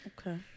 Okay